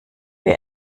wir